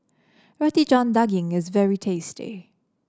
Roti John Daging is very tasty